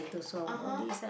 (uh huh)